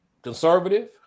conservative